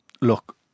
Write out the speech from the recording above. look